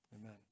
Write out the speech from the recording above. Amen